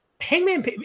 Hangman